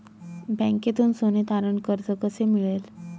बँकेतून सोने तारण कर्ज कसे मिळेल?